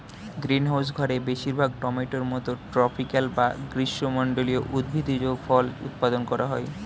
greenhouse ঘরে বেশিরভাগ টমেটোর মতো ট্রপিকাল বা গ্রীষ্মমন্ডলীয় উদ্ভিজ্জ ফল উৎপাদন করা হয়